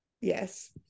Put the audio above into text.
yes